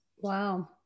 Wow